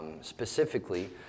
Specifically